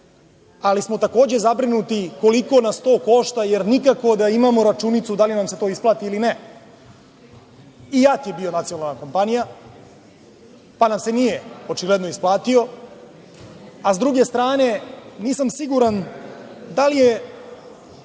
Ali smo takođe zabrinuti koliko nas to košta, jer nikako da imamo računicu da li nam se to isplati ili ne? I JAT je bio nacionalna kompanija, pa nam se nije očigledno isplatio, a s druge strane nisam siguran da je